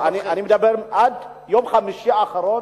אני מדבר עד יום חמישי האחרון,